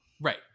Right